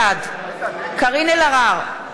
בעד קארין אלהרר,